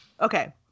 Okay